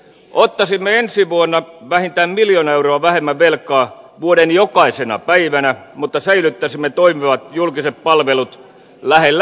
ottaisimme ensi vuonna vähintään miljoona euroa vähemmän velkaa vuoden jokaisena päivänä mutta säilyttäisimme toimivat julkiset palvelut lähellä ihmisiä